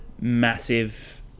massive